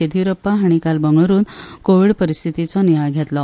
येडियुरप्पा हाणी काल बंगळुरात कोविड परिस्थितीचो नियाळ घेतलो